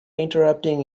interrupting